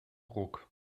ruck